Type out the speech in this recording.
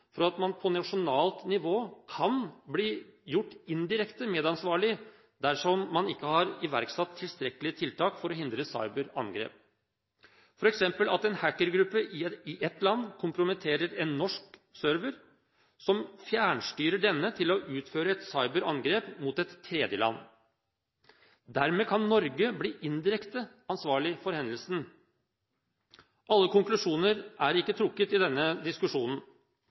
for at man på nasjonalt nivå kan bli gjort indirekte medansvarlig dersom man ikke har iverksatt tilstrekkelige tiltak for å hindre cyberangrep, f.eks. at en hackergruppe i ett land kompromitterer en norsk server og fjernstyrer denne til å utføre et cyberangrep mot et tredjeland. Dermed kan Norge bli indirekte ansvarlig for hendelsen. Alle konklusjoner er ikke trukket i denne diskusjonen,